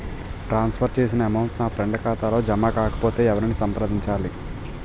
ట్రాన్స్ for చేసిన amount నా friend ఖాతాలో జమ కాకపొతే ఎవరిని సంప్రదించాలి?